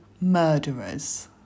murderers